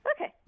Okay